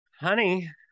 honey